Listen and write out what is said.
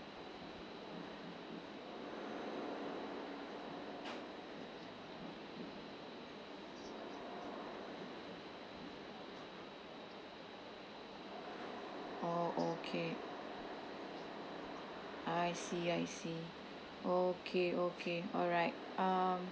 oh okay I see I see okay okay alright um